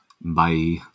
Bye